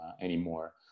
anymore